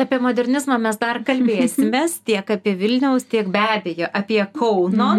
apie modernizmą mes dar kalbėsimės tiek apie vilniaus tiek be abejo apie kauno